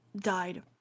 died